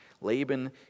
Laban